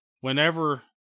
whenever